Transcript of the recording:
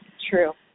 True